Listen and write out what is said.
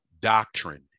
doctrine